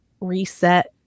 reset